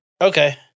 Okay